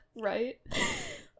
right